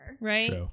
Right